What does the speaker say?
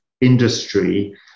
industry